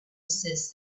says